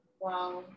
Wow